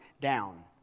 down